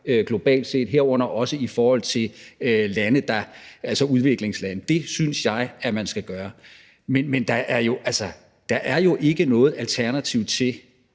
globalt set, herunder også i forhold til udviklingslande. Det synes jeg man skal gøre. Men der er jo ikke noget alternativ til,